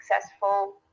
successful